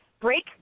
break